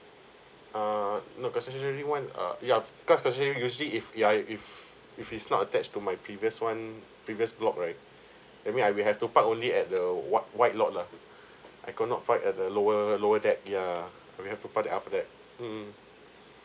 ah no concessionary once uh yeah because specially usually if yeah if if it's not attached to my previous one previous block right that mean I we have to park only at the white white lot lah I could not find at the lower lower deck yeah we have to park the upper deck mm